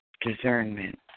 discernment